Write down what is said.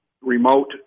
remote